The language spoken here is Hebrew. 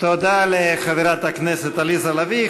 תודה לחברת הכנסת עליזה לביא.